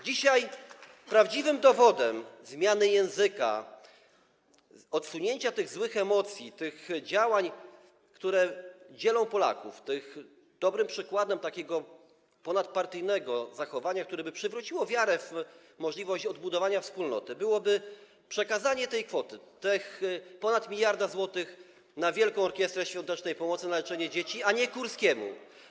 Dzisiaj prawdziwym dowodem na zmianę języka, odsunięcie tych złych emocji, tych działań, które dzielą Polaków, dobrym przykładem takiego ponadpartyjnego zachowania, które przewróciłoby wiarę w możliwość odbudowania wspólnoty, byłoby przekazanie tej kwoty, czyli ponad 1 mld zł, na Wielką Orkiestrę Świątecznej Pomocy, na leczenie dzieci, a nie Kurskiemu.